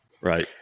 right